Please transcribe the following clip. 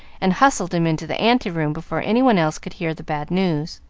and hustled him into the ante-room before any one else could hear the bad news.